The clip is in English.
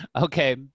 Okay